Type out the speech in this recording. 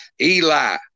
Eli